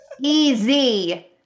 Easy